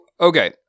okay